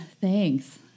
thanks